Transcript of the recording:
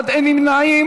עאידה תומא סלימאן,